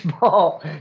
ball